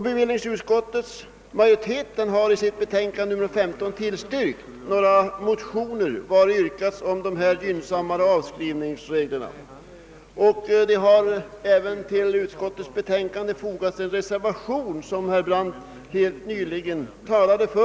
Bevillningsutskottets majoritet har tillstyrkt några motioner i vilka gynnsammare avskrivningsregler yrkas. Vid utskottets betänkande har fogats en reservation, för vilken herr Brandt nyss talade.